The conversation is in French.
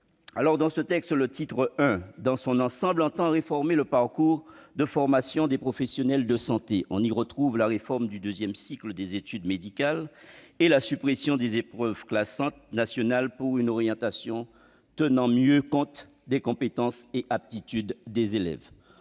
I de ce texte vise ainsi à améliorer le parcours de formation des professionnels de santé. On y trouve la réforme du deuxième cycle des études médicales et la suppression des épreuves classantes nationales, pour une orientation tenant mieux compte des compétences et aptitudes des élèves.